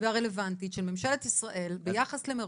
והרלוונטית של ממשלת ישראל ביחס למירון,